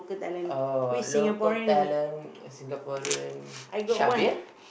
uh local talent Singaporean Shabir